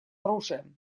оружием